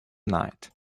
night